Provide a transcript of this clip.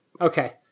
Okay